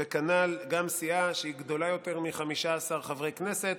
ו סיעה שהיא גדולה יותר מ-15 חברי כנסת,